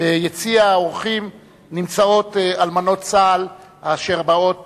ביציע האורחים נמצאות אלמנות צה"ל אשר באות